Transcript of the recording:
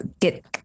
get